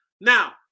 Now